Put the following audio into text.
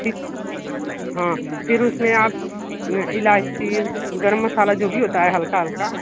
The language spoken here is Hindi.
ठीक है फिर उसमें आप इलायची गरम मसाला जो भी होता है हल्का हल्का